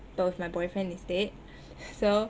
but with my boyfriend instead so